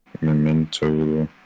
Memento